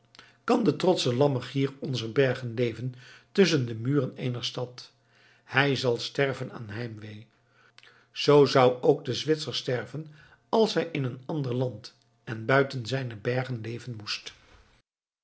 kan de trotsche lammergier onzer bergen leven tusschen de muren eener stad hij zal sterven aan heimwee zoo zou ook de zwitser sterven als hij in een ander land en buiten zijne bergen leven moest